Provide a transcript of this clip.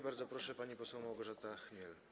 Bardzo proszę, pani poseł Małgorzata Chmiel.